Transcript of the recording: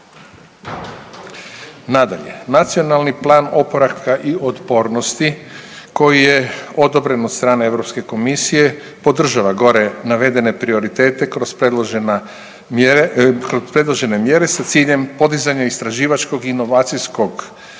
Nadalje, Nacionalni plan oporavka i otpornosti koji je odobren od strane Europske komisije podržava gore navedene prioritete kroz predložena, kroz predložene mjere sa ciljem podizanja istraživačkog inovacijskog potencijala